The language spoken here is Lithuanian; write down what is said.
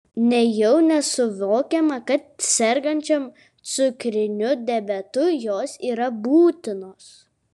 nejau nesuvokiama kad sergančiam cukriniu diabetu jos yra būtinos